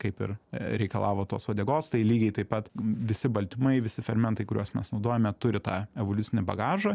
kaip ir reikalavo tos uodegos tai lygiai taip pat visi baltymai visi fermentai kuriuos mes naudojame turi tą evoliucinį bagažą